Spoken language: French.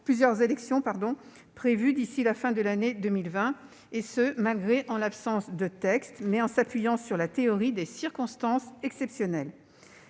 plusieurs élections partielles prévues d'ici à la fin de l'année 2020, en l'absence de texte, mais en s'appuyant sur la théorie des circonstances exceptionnelles.